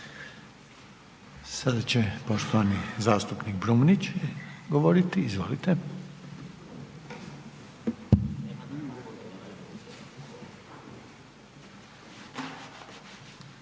Sada će poštovani zastupnik Brumnić govoriti, izvolite.